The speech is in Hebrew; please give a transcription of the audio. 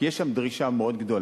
כי יש שם דרישה מאוד גדולה,